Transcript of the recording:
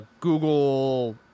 Google